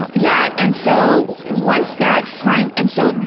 um yeah, and so once that finally and so,